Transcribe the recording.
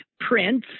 Prince